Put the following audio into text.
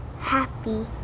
Happy